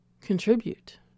contribute